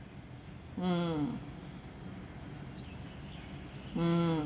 mm mm